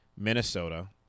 Minnesota